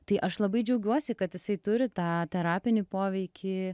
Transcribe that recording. tai aš labai džiaugiuosi kad jisai turi tą terapinį poveikį